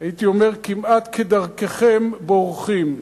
הייתי אומר כמעט: כדרככם, בורחים,